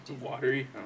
Watery